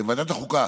ועדת החוקה,